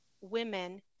women